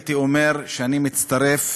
הייתי אומר שאני מצטרף